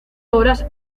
obras